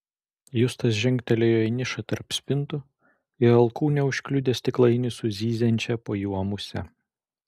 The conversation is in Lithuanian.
justas žengtelėjo į nišą tarp spintų ir alkūne užkliudė stiklainį su zyziančia po juo muse